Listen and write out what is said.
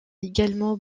également